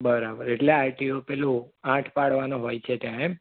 બરાબર એટલે આરટીઓ પેલું આઠ પાડવાનો હોય છે ત્યાં એમ